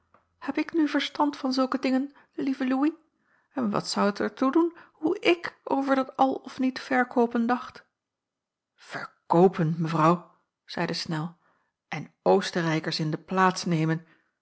heb ik nu verstand van zulke dingen lieve louis en wat zou t er toe doen hoe ik over dat al of niet verkoopen dacht verkoopen mevrouw zeide snel en oostenrijkers in de plaats